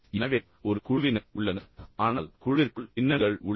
எனவே ஒரு குழுவினர் உள்ளனர் ஆனால் குழுவிற்குள் பின்னங்கள் உள்ளன